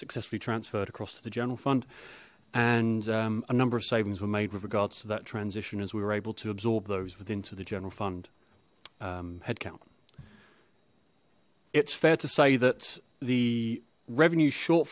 successfully transferred across to the general fund and a number of savings were made with regards to that transition as we were able to absorb those with into the general fund headcount it's fair to say that the revenue short